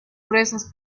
gruesas